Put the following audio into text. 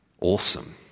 Awesome